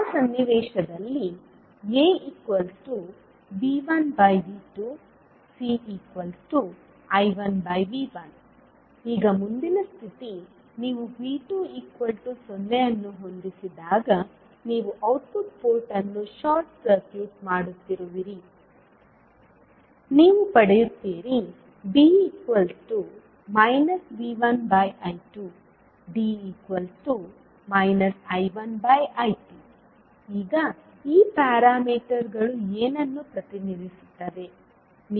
ಆ ಸನ್ನಿವೇಶದಲ್ಲಿ A V1V2 C I1V1 ಈಗ ಮುಂದಿನ ಸ್ಥಿತಿ ನೀವು V2 0 ಅನ್ನುಹೊಂದಿಸಿದಾಗ ನೀವು ಔಟ್ಪುಟ್ ಪೋರ್ಟ್ ಅನ್ನು ಶಾರ್ಟ್ ಸರ್ಕ್ಯೂಟ್ ಮಾಡುತ್ತಿರುವಿರಿ ನೀವು ಪಡೆಯುತ್ತೀರಿ B V1I2 D I1I2 ಈಗ ಈ ಪ್ಯಾರಾಮೀಟರ್ಗಳು ಏನನ್ನು ಪ್ರತಿನಿಧಿಸುತ್ತವೆ